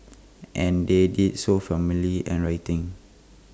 and they did so formally and writing